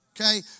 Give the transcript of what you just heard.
Okay